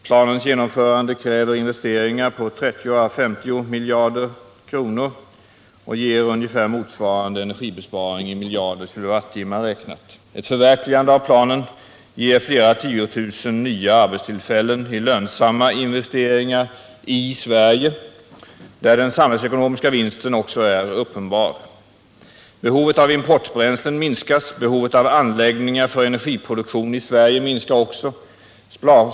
Planens genomförande kräver investeringar på 30 å 50 miljarder kronor och ger ungefär motsvarande besparing i miljarder kilowattimmar räknat. Ett förverkligande av planen ger flera tiotusen nya arbetstillfällen i lönsamma investeringar i Sverige, varvid den samhällsekonomiska vinsten också är uppenbar. Behovet av importbränslen minskas. Behovet av anläggningar för energiproduktion i Sverige minskar också.